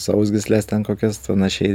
sausgysles ten kokias panašiai